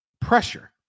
pressure